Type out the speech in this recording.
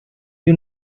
you